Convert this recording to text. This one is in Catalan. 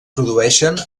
produeixen